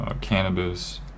cannabis